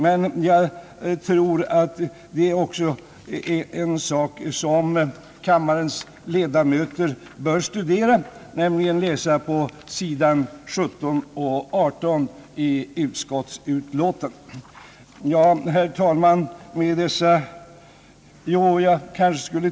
Men jag tror att det också är en sak som kammarens ledamöter bör studera — den behandlas på sidorna 17 och 18 i utskottsutlåtandet.